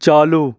चालू